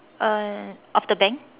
uh of the bank